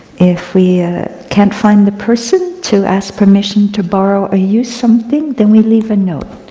if we ah can't find the person to ask permission to borrow or use something, then we leave a note.